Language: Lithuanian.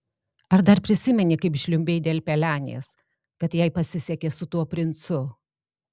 ar dar prisimeni kaip žliumbei dėl pelenės kad jai pasisekė su tuo princu